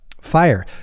fire